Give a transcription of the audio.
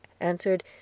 answered